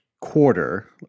quarter